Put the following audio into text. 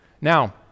Now